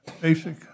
basic